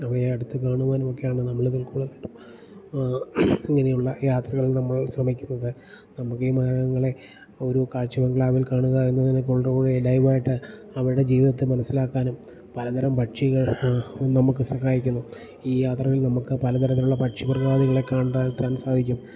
അവയെ അടുത്ത് കാണുവാനുമൊക്കെയാണ് നമ്മളിതിൽ കൂടുതൽ ഇങ്ങനെയുള്ള യാത്രകളിൽ നമ്മൾ ശ്രമിക്കുന്നത് നമുക്ക് ഈ മൃഗങ്ങളെ ഒരു കാഴ്ചബംഗ്ലാവിൽ കാണുക എന്നതിനെ കൊണ്ട് പോവുക ലൈവായിട്ട് അവരുടെ ജീവിതത്തെ മനസ്സിലാക്കാനും പലതരം പക്ഷികൾ നമുക്ക് സഹായിക്കുന്നു ഈ യാത്രകൾ നമുക്ക് പലതരത്തിലുള്ള പക്ഷി മൃഗാദികളെ കണ്ടത്താൻ സാധിക്കും